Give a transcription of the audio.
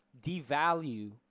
devalue